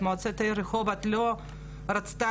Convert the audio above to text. הוא נבחר